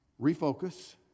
refocus